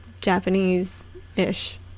Japanese-ish